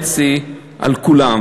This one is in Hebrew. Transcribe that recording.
1.5% במס הכנסה על כולם.